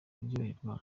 kuryoherwa